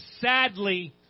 sadly